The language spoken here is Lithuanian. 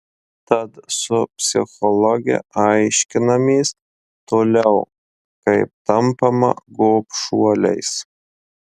tad su psichologe aiškinamės toliau kaip tampama gobšuoliais